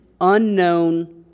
unknown